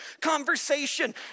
conversation